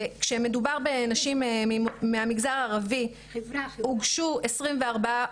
כשמדובר בנשים מהמגזר הערבי הוגשו 24,